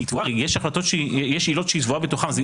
יש עילות שהיא טבועה בתוכן,